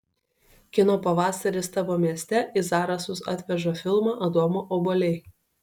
kino pavasaris tavo mieste į zarasus atveža filmą adomo obuoliai